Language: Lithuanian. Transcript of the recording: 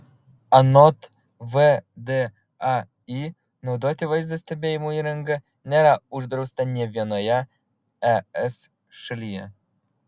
anot vdai naudoti vaizdo stebėjimo įrangą nėra uždrausta nė vienoje es šalyje